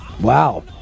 Wow